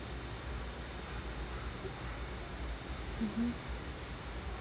mmhmm